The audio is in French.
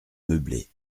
meublé